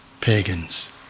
pagans